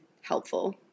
helpful